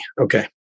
Okay